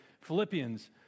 Philippians